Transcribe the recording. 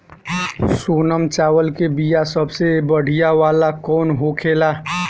सोनम चावल के बीया सबसे बढ़िया वाला कौन होखेला?